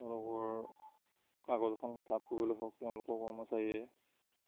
তেওঁলোকৰ কাগজখন লাভ কৰিবলৈ হওক তেওঁলোকৰ কৰ্মচাৰীয়ে